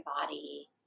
body